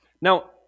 Now